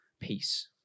peace